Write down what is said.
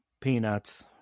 Peanuts